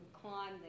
climb